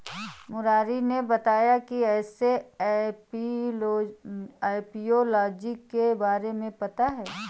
मुरारी ने बताया कि उसे एपियोलॉजी के बारे में पता है